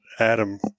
adam